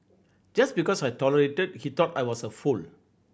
just because I tolerated he thought I was a fool